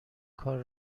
کار